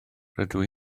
rydw